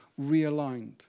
realigned